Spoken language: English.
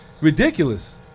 ridiculous